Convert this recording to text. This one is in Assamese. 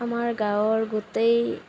আমাৰ গাঁৱৰ গোটেই